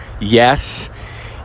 Yes